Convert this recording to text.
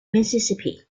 mississippi